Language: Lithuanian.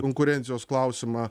konkurencijos klausimą